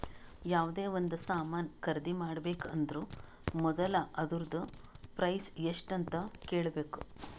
ಯಾವ್ದೇ ಒಂದ್ ಸಾಮಾನ್ ಖರ್ದಿ ಮಾಡ್ಬೇಕ ಅಂದುರ್ ಮೊದುಲ ಅದೂರ್ದು ಪ್ರೈಸ್ ಎಸ್ಟ್ ಅಂತ್ ಕೇಳಬೇಕ